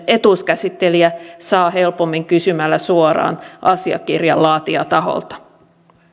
etuuskäsittelijä saa helpommin kysymällä suoraan asiakirjan laatijataholta